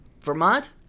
Vermont